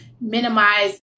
minimize